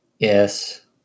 Yes